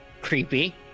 Creepy